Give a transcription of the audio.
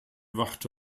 wachte